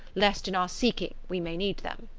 lest in our seeking we may need them.